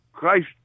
Christ